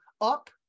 up